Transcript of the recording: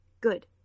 Good